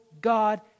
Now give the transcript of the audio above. God